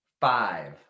five